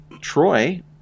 Troy